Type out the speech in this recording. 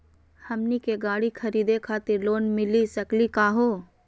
हमनी के गाड़ी खरीदै खातिर लोन मिली सकली का हो?